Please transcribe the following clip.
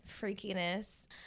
freakiness